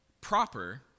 proper